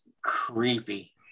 creepy